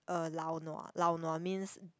uh lao nua means